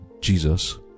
Jesus